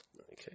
Okay